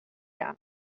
jaan